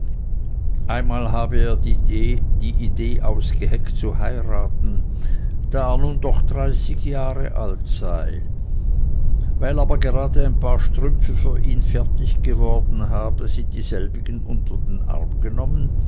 einmal habe er die idee ausgeheckt zu heiraten da er nun doch dreißig jahr alt sei weil aber gerade ein paar strümpfe für ihn fertig geworden habe sie selbige unter den arm genommen